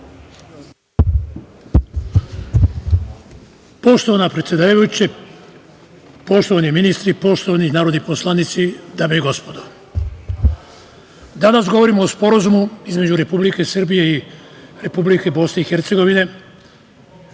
Poštovana predsedavajuća, poštovani ministre, poštovani narodni poslanici, dame i gospodo, danas govorimo o Sporazumu između Republike Srbije i Republike Bosne i Hercegovine